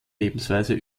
lebensweise